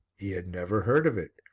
he had never heard of it,